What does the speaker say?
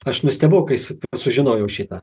aš nustebau kai s sužinojau šitą